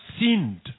sinned